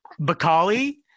Bacali